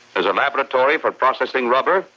has a laboratory for processing rubber,